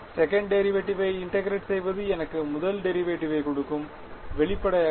second டெரிவேட்டிவ்வை integrate செய்வது எனக்கு முதல் டெரிவேட்டிவ்வை கொடுக்கும் வெளிப்படையாக